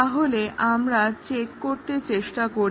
তাহলে আমরা চেক করতে চেষ্টা করি